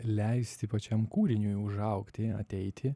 leisti pačiam kūriniui užaugti ateiti